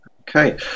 Okay